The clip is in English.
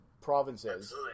provinces